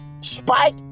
Spike